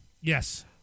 Yes